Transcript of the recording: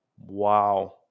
wow